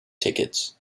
tickets